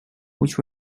which